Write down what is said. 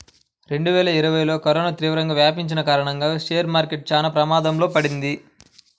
రెండువేల ఇరవైలో కరోనా తీవ్రంగా వ్యాపించిన కారణంగా షేర్ మార్కెట్ చానా ప్రమాదంలో పడింది